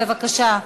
בבקשה.